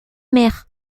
mer